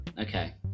Okay